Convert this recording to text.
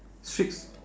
streets